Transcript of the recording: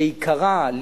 שעיקרה,